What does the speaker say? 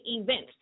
events